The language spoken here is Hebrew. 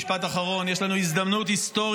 משפט אחרון: יש לנו הזדמנות היסטורית